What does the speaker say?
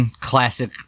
Classic